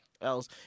else